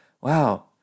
wow